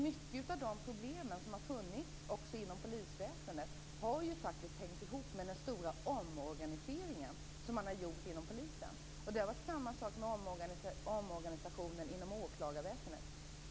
Mycket av de problem som har funnits inom polisväsendet har faktiskt hängt ihop med den stora omorganisering som man har gjort inom polisen. Det har varit samma sak med omorganisationen inom åklagarväsendet.